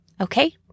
Okay